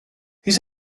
his